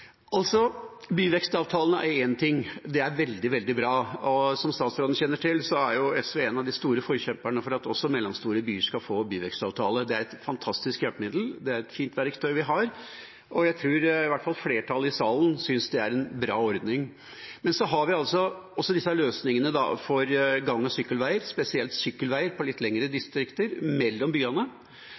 er én ting, det er veldig, veldig bra, og som statsråden kjenner til, er SV en av de store forkjemperne for at også mellomstore byer skal få byvekstavtale. Det er et fantastisk hjelpemiddel, det er et fint verktøy vi har, og jeg tror i hvert fall flertallet i salen synes det er en bra ordning. Men så har vi også disse løsningene for gang- og sykkelveier, spesielt sykkelveier på litt lengre strekninger, i distrikter mellom byene.